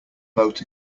boat